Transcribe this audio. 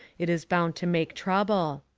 it is bound to make trouble.